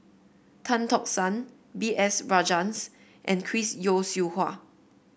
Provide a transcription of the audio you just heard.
Tan Tock San B S Rajhans and Chris Yeo Siew Hua